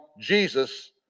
Jesus